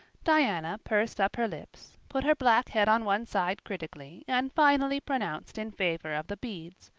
diana pursed up her lips, put her black head on one side critically, and finally pronounced in favor of the beads,